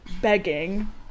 begging